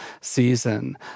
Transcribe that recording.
season